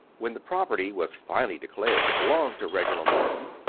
when the property was finally declared to belong to reginald morton,